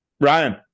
Ryan